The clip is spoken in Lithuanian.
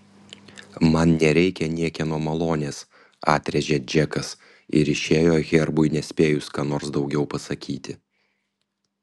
man nereikia niekieno malonės atrėžė džekas ir išėjo herbui nespėjus ką nors daugiau pasakyti